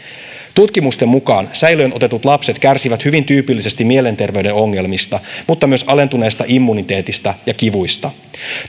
tutkimusten mukaan säilöön otetut lapset kärsivät hyvin tyypillisesti mielenterveyden ongelmista mutta myös alentuneesta immuniteetista ja kivuista